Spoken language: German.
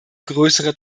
größere